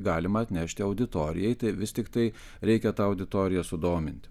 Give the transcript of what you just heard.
galima atnešti auditorijai tai vis tiktai reikia tą auditoriją sudominti